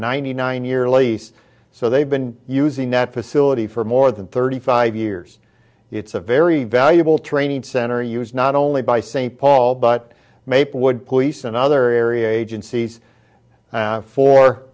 ninety nine year lease so they've been using that facility for more than thirty five years it's a very valuable training center used not only by st paul but maplewood police and other area agencies